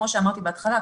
כמו שאמרתי בהתחלה,